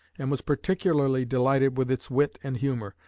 and was particularly delighted with its wit and humor,